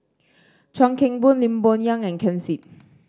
Chuan Keng Boon Lim Bo Yam and Ken Seet